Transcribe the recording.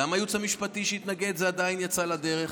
גם הייעוץ המשפטי התנגד וזה עדיין יצא לדרך,